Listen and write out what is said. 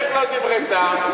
איך לא דברי טעם?